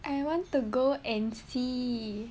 I want to go and see